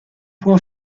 può